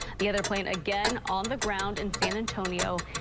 the other plane again on the ground in san antonio.